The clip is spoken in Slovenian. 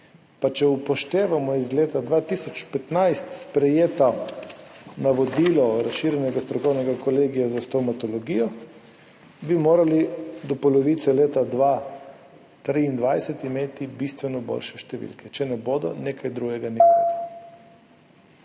pa če upoštevamo leta 2015 sprejeto navodilo razširjenega strokovnega kolegija za stomatologijo, bi morali imeti do polovice leta 2023 bistveno boljše številke. Če ne bodo, nekaj drugega ni v redu.